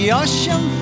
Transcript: ocean